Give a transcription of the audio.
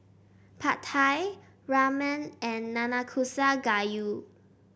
Pad Thai Ramen and Nanakusa Gayu